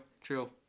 True